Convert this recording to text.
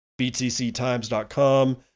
btctimes.com